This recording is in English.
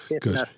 good